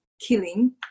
killing